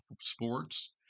sports